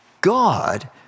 God